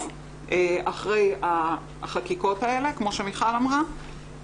ויעקוב אחרי החקיקות האלה, כמו שמיכל אמרה.